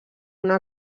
una